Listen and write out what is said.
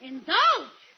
Indulge